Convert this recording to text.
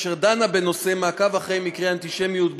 אשר דנה בנושא מעקב אחר מקרי אנטישמיות בעולם.